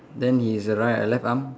then his err right uh left arm